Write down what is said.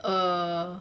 err